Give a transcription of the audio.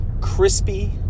crispy